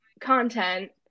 content